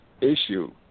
issue